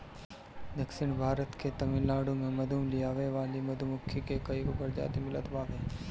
दक्षिण भारत के तमिलनाडु में मधु लियावे वाली मधुमक्खी के कईगो प्रजाति मिलत बावे